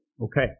Okay